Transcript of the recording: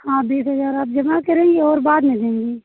हाँ बीस हजार आप जमा करेंगी और बाद में देंगी